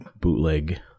bootleg